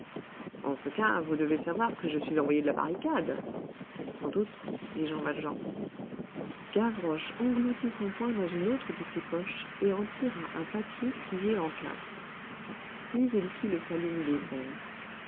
en ce cas vous devez savoir que je suis envoyé de la barricade sans doute dit jean valjean gavroche engloutit son poing dans une autre de ses poches et en tira un papier plié en quatre puis il fit le salut militaire